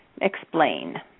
explain